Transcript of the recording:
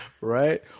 Right